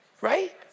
Right